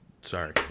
sorry